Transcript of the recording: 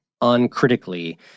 uncritically